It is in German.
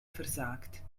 versagt